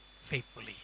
faithfully